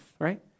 right